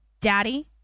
Daddy